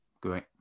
Great